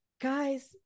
guys